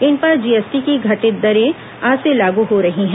इन पर जीएसटी की घटी दरें आज से लागू हो रही हैं